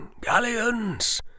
galleons